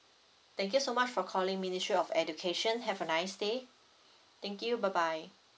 thank you so much for calling ministry of education have a nice day thank you bye bye